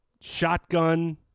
Shotgun